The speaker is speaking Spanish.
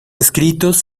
escritos